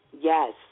Yes